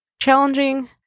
challenging